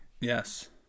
Yes